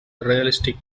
realistic